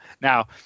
Now